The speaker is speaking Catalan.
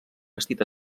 vestit